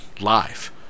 live